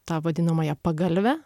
tą vadinamąją pagalvę